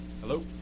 Hello